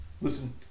listen